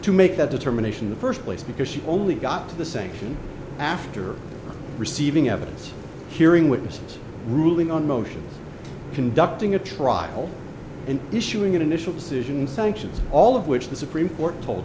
to make that determination the first place because she only got to the sanction after receiving evidence hearing witnesses ruling on motions conducting a trial and issuing an initial decision sanctions all of which the supreme court